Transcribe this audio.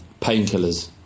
Painkillers